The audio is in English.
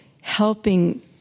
helping